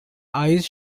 eyes